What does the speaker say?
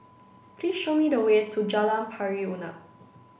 please show me the way to Jalan Pari Unak